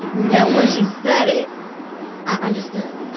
know when she said it i understood it.